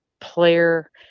player